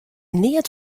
neat